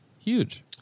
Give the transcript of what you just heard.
Huge